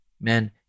Men